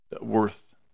worth